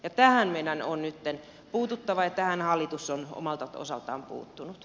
tähän meidän on nytten puututtava ja tähän hallitus on omalta osaltaan puuttunut